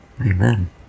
Amen